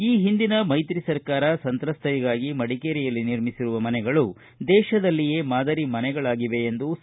ಈ ಹಿಂದಿನ ಮೈತ್ರಿ ಸರ್ಕಾರ ಸಂತ್ರಸ್ಥರಿಗಾಗಿ ಮಡಿಕೇರಿಯಲ್ಲಿ ನಿರ್ಮಿಸಿರುವ ಮನೆಗಳು ದೇಶದಲ್ಲಿಯೇ ಮಾದರಿ ಮನೆಗಳಾಗಿದೆ ಎಂದೂ ಸಾ